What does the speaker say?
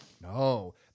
No